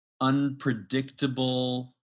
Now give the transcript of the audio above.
unpredictable